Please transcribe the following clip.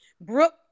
Brooke